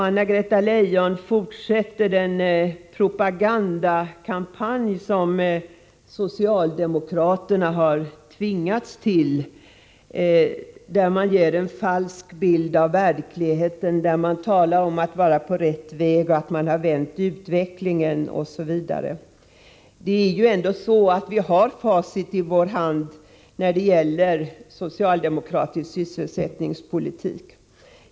Anna-Greta Leijon fortsätter den propagandakampanj som socialdemo kraterna tvingats till där man ger en falsk bild av verkligheten. Man talar om att vara på rätt väg, att man har vänt utvecklingen osv. Vi har facit i vår hand när det gäller socialdemokratisk sysselsättningspolitik.